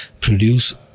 produce